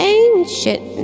ancient